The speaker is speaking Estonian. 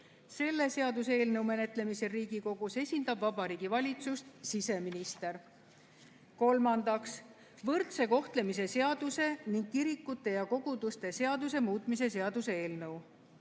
Selle seaduseelnõu menetlemisel Riigikogus esindab Vabariigi Valitsust siseminister. Kolmandaks, võrdse kohtlemise seaduse ning kirikute ja koguduste seaduse muutmise seaduse eelnõu.